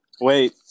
Wait